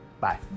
Bye